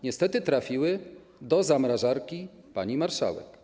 Niestety trafiły do zamrażarki pani marszałek.